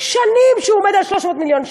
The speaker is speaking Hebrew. שנים, שנים שהוא עומד על 300 מיליון.